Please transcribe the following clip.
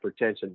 hypertension